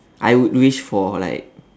I would wish for like